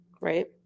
right